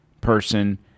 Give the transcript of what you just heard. person